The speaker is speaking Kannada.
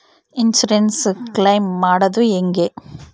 ಇನ್ಸುರೆನ್ಸ್ ಕ್ಲೈಮ್ ಮಾಡದು ಹೆಂಗೆ?